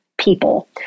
people